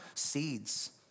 seeds